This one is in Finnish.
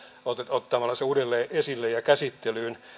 ottamalla se uudelleen esille ja käsittelyyn